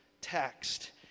text